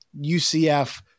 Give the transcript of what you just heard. UCF